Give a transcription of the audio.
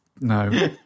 No